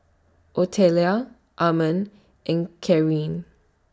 Otelia Ammon and Carin